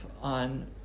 on